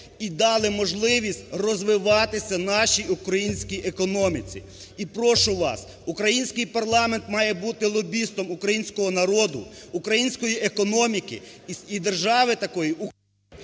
і дали можливість розвиватися нашій українській економіці. І прошу вас, український парламент має бути лобістом українського народу, української економіки і держави такої…